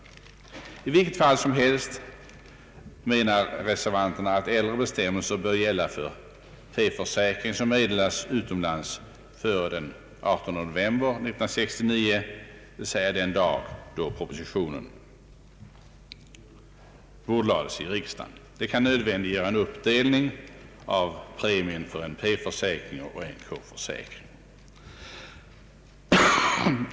I vilket fall som helst anser vi reservanter att äldre bestämmelser bör gälla för P-försäkring som meddelats utomlands före den 18 november 1969, d.v.s. den dag då propositionen bordlades i riksdagen. Detta kan nödvändiggöra en uppdelning av premien på en P-försäkring och en K-försäkring.